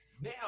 now